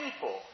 people